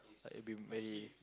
like it been very